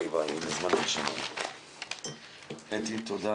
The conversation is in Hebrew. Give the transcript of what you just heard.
להוריד את כמות האנשים שנמצאים באמצעי התחבורה הציבורית ל-50%.